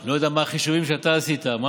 אני לא יודע מה החישובים שאתה עשית ומה